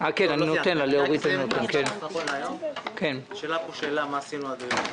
שאלו כאן מה עשינו עד היום.